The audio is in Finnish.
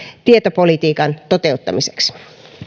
tietopolitiikan toteuttamiseksi